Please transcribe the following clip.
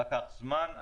לקח זמן,